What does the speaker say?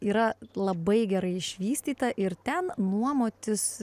yra labai gerai išvystyta ir ten nuomotis